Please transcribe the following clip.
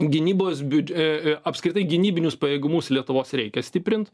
gynybos biudž apskritai gynybinius pajėgumus lietuvos reikia stiprint